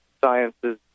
science's